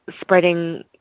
spreading